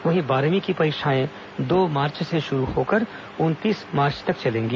वहीं बारहवीं की परीक्षाएं दो मार्च से शुरू होकर उनतीस मार्च तक चलेंगी